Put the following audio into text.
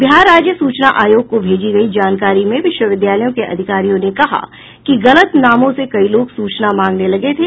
बिहार राज्य सूचना आयोग को भेजी गयी जानकारी में विश्वविद्यालयों के अधिकारियों ने कहा है कि गलत नामों से कई लोग सूचना मांगने लगे थे